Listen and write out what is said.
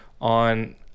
on